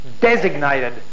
designated